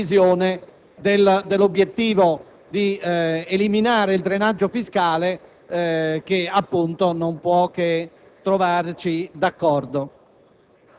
La copertura potrebbe essere rinvenuta in una norma che più volte è stata utilizzata ed accettata